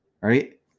right